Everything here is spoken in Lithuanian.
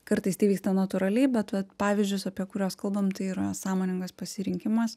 kartais tai vyksta natūraliai bet vat pavyzdžius apie kuriuos kalbam tai yra sąmoningas pasirinkimas